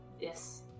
Yes